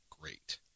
great